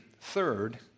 Third